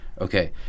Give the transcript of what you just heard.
Okay